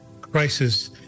crisis